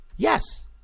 Yes